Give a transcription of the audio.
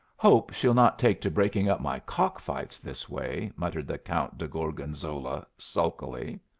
hope she'll not take to breaking up my cock-fights this way, muttered the count de gorgonzola, sulkily.